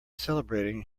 celebrating